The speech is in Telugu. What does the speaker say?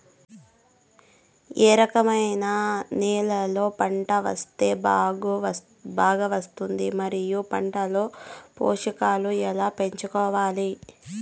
ఏ రకమైన నేలలో పంట వేస్తే బాగా వస్తుంది? మరియు పంట లో పోషకాలు ఎలా పెంచుకోవాలి?